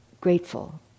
grateful